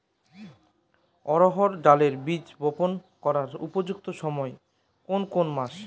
অড়হড় ডালের বীজ বপন করার উপযুক্ত সময় কোন কোন মাস?